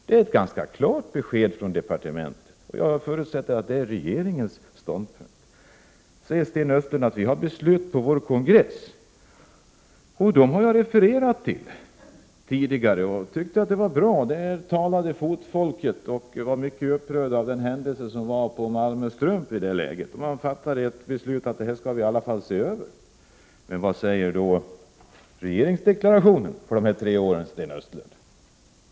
Det är ett ganska klart besked från departementet, och jag förutsätter att det är regeringens ståndpunkt. Sten Östlund säger att socialdemokraterna har fattat beslut på deras kongress. Dessa beslut har jag refererat till tidigare, och jag tyckte att de var bra. Där talade fotfolket som var mycket upprört över händelsen på Malmö Strumpfabrik. Man fattade i alla fall på kongressen beslutet att denna händelse skall ses över. Men vad säger man då i regeringsdeklarationen om de kommande tre åren, Sten Östlund?